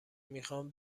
میخوام